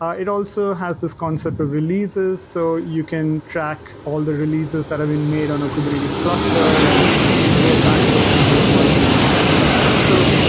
ah it also has this concept of releases, so you can track all the releases that have been made on a kubernetes cluster and roll back to a previous version or not and stuff ah so